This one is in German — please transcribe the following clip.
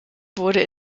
wurde